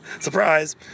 Surprise